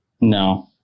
No